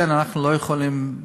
לכן אנחנו לא יכולים,